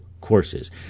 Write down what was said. courses